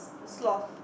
sloth